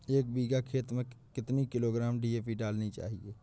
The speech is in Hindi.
एक बीघा खेत में कितनी किलोग्राम डी.ए.पी डालनी चाहिए?